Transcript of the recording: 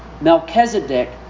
Melchizedek